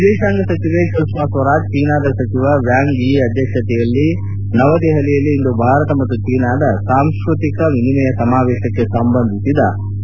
ವಿದೇಶಾಂಗ ಸಚಿವೆ ಸುಷ್ನಾ ಸ್ವರಾಜ್ ಚೀನಾದ ಸಚಿವ ವ್ವಾಂಗ್ ಯಿ ಅಧ್ಯಕ್ಷತೆಯಲ್ಲಿ ನವದೆಹಲಿಯಲ್ಲಿ ಇಂದು ಭಾರತ ಮತ್ತು ಚೀನಾದ ಸಾಂಸ್ಕೃತಿಕ ವಿನಿಮಯ ಸಮಾವೇಶಕ್ಷೆ ಸಂಬಂಧಿಸಿದ ಮೊಟ್ಟ ಮೊದಲ ಸಭೆ